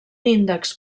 índex